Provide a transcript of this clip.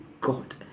God